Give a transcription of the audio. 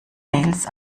mails